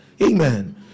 Amen